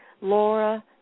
Laura